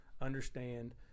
understand